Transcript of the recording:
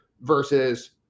versus –